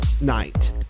night